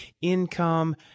income